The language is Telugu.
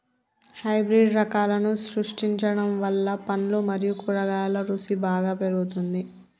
హైబ్రిడ్ రకాలను సృష్టించడం వల్ల పండ్లు మరియు కూరగాయల రుసి బాగా పెరుగుతుంది